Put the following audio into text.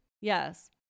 Yes